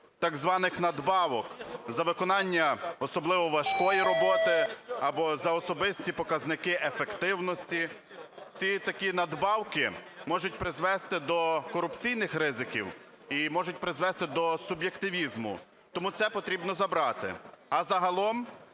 так званих надбавок за виконання особливо важкої роботи або за особисті показники ефективності. Ці такі надбавки можуть призвести до корупційних ризиків і можуть призвести до суб'єктивізму. Тому це потрібно забрати. А загалом,